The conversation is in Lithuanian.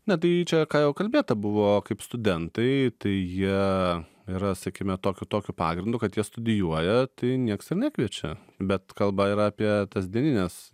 na tai čia ką jau kalbėta buvo kaip studentai tai jie yra sakime tokiu tokiu pagrindu kad jie studijuoja tai nieks ir nekviečia bet kalba yra apie tas dienines